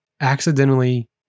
accidentally